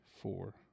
four